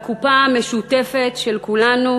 לקופה המשותפת של כולנו,